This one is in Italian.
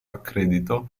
accredito